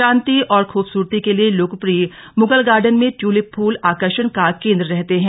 शांति और खुबसूरती के लिए लोकप्रिय मुगल गार्डन में ट्यूलिप फूल आकर्षण का केंद्र रहते हैं